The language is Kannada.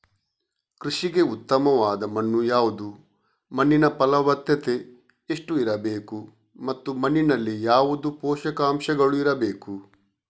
ಕೃಷಿಗೆ ಉತ್ತಮವಾದ ಮಣ್ಣು ಯಾವುದು, ಮಣ್ಣಿನ ಫಲವತ್ತತೆ ಎಷ್ಟು ಇರಬೇಕು ಮತ್ತು ಮಣ್ಣಿನಲ್ಲಿ ಯಾವುದು ಪೋಷಕಾಂಶಗಳು ಇರಬೇಕು?